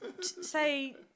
say